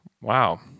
Wow